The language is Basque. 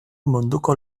munduko